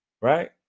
right